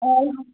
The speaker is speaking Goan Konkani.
हय गो